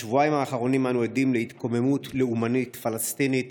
בשבועיים האחרונים אנו עדים להתקוממות לאומנית פלסטינית